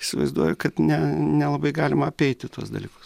įsivaizduoju kad ne nelabai galima apeiti tuos dalykus